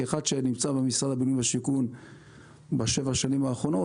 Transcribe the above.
כאחד שנמצא במשרד הבינוי והשיכון בשבע השנים האחרונות,